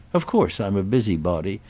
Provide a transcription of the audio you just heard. of course i'm a busybody,